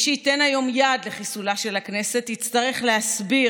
מי שייתן היום יד לחיסולה של הכנסת יצטרך להסביר